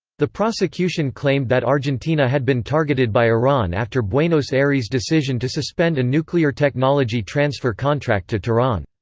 the prosecution claimed that argentina had been targeted by iran after buenos aires' decision to suspend a nuclear technology transfer contract to tehran.